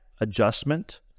adjustment